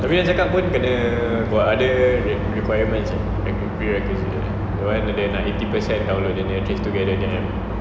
abeh yang cakap pun kena got ada other requirements eh like pre-requisites eh the one like if eighty per cent download dia punya TraceTogether punya app